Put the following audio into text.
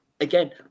again